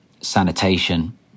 sanitation